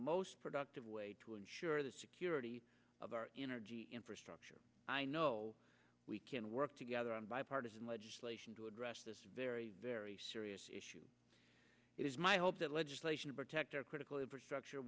most productive way to ensure the security of our energy infrastructure i know we can work together on bipartisan legislation to address this very very serious issue it is my hope that legislation to protect our critical infrastructure